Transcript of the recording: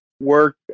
Work